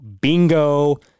bingo